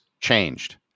changed